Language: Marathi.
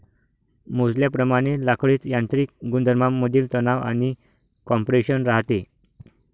मोजल्याप्रमाणे लाकडीत यांत्रिक गुणधर्मांमधील तणाव आणि कॉम्प्रेशन राहते